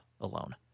alone